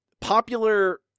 popular